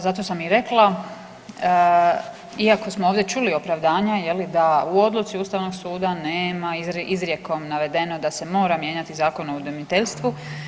Zato sam i rekla, iako smo ovdje čuli opravdanja da u odluci Ustavnog suda nema izrijekom navedeno da se mora mijenjati Zakon o udomiteljstvu.